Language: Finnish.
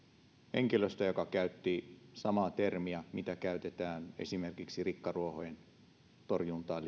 henkilöstä joka käytti samaa termiä mitä käytetään esimerkiksi rikkaruohojen torjuntaan